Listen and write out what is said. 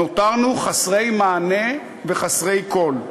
נותרנו חסרי מענה וחסרי קול.